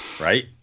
right